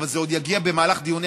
אבל זה עוד יגיע במהלך דיוני,